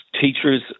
teachers